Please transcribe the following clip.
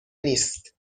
نیست